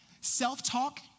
Self-talk